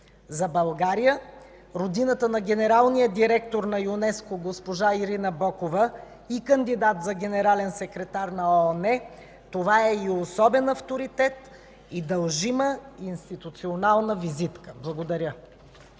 За България – родината на генералния директор на ЮНЕСКО госпожа Ирина Бокова и кандидат за генерален секретар на ООН, това е и особен авторитет, и дължима институционална визитка. Благодаря.